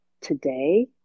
today –